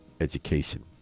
Education